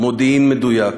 מודיעין מדויק,